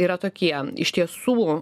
yra tokie iš tiesų